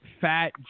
fat